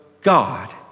God